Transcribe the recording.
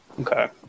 Okay